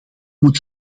moet